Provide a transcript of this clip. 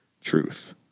truth